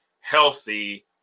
healthy